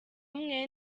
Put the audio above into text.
umwe